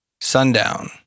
Sundown